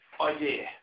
idea